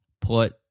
put